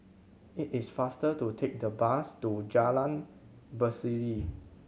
it is faster to take the bus to Jalan Berseri